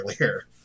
earlier